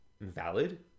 valid